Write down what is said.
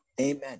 amen